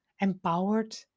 empowered